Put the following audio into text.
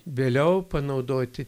vėliau panaudoti